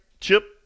Chip